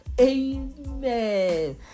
Amen